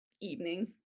evening